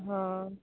ହଁ